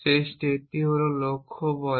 সেই স্টেট হল লক্ষ্য বলে